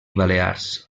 balears